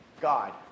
God